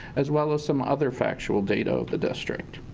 as well as some other factual data of the district.